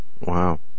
Wow